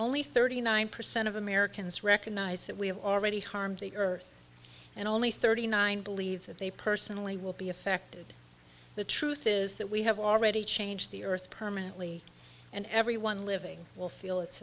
only thirty nine percent of americans recognize that we have already harmed the earth and only thirty nine believe that they personally will be affected the truth is that we have already changed the earth permanently and everyone living will feel it